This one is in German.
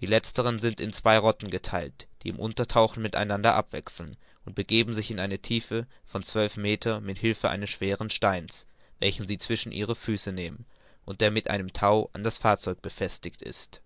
die letzteren sind in zwei rotten getheilt die im untertauchen mit einander abwechseln und begeben sich in eine tiefe von zwölf meter mit hilfe eines schweren steins welchen sie zwischen ihre füße nehmen und der mit einem tau an das fahrzeug befestigt ist